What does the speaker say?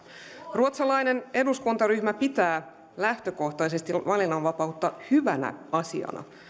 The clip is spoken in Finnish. ruotsalainen eduskuntaryhmä pitää lähtökohtaisesti valinnanvapautta hyvänä asiana